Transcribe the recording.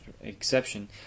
exception